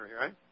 right